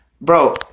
Bro